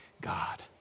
God